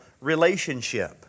relationship